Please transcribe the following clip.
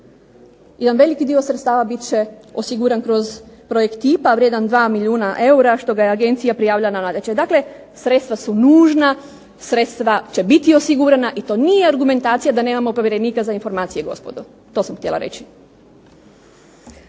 Jedan veliki dio sredstava bit će osiguran kroz projekt tipa vrijedan 2 milijuna eura, što ga je agencija prijavila na natječaj. Dakle sredstva su nužna, sredstva će biti osigurana, i to nije argumentacija da nemamo povjerenika za informacije gospodo. To sam htjela reći.